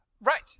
Right